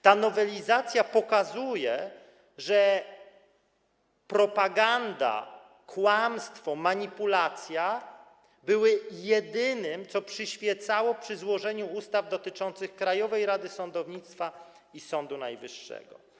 Ta nowelizacja pokazuje, że propaganda, kłamstwo, manipulacja były jedynym, co przyświecało złożeniu ustaw dotyczących Krajowej Rady Sądownictwa i Sądu Najwyższego.